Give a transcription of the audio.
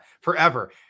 forever